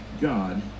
god